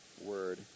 word